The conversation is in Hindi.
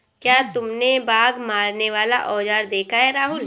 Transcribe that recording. क्या तुमने बाघ मारने वाला औजार देखा है राहुल?